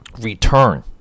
return